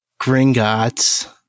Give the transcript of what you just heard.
Gringotts